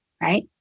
right